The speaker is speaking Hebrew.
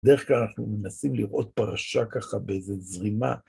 בדרך כלל אנחנו מנסים לראות פרשה ככה באיזו זרימה.